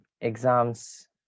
exams